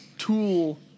Tool